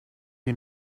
you